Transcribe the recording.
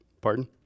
Pardon